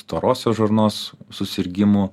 storosios žarnos susirgimų